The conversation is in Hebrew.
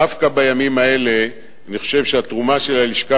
דווקא בימים האלה אני חושב שהתרומה של הלשכה